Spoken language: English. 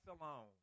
alone